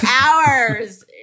hours